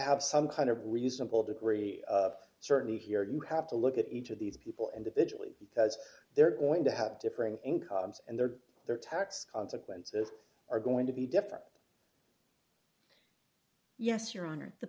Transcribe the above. have some kind of reasonable degree ready of certainty here you have to look at each of these people individually because they're going to have differing incomes and their their tax consequences are going to be different yes your honor the